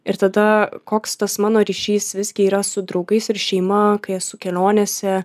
ir tada koks tas mano ryšys visgi yra su draugais ir šeima kai esu kelionėse